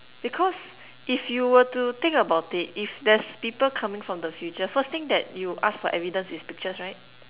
because if you were to think about it if there's people coming from the future first thing that you ask for evidence is pictures right